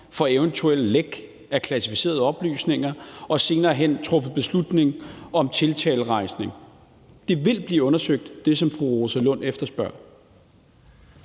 for eventuelle læk af klassificerede oplysninger, hvor man senere hen har truffet beslutning om tiltalerejsning. Det, som fru Rosa Lund efterspørger,